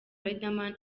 riderman